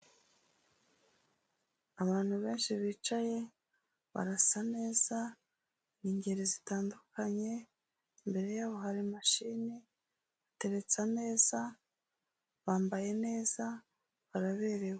Abantu benshi bicaye barasa neza, ni ingeri zitandukanye, imbere yabo hari mashini, hateretse ameza, bambaye neza, baraberewe.